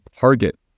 target